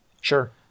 Sure